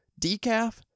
Decaf